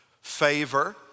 favor